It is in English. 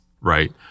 right